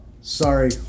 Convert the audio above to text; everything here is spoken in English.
Sorry